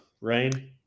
Rain